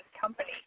company